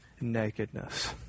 nakedness